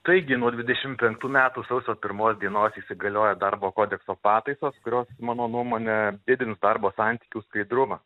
taigi nuo dvidešimt penktų metų sausio pirmos dienos įsigalioja darbo kodekso pataisos kurios mano nuomone didins darbo santykių skaidrumą